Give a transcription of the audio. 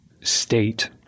state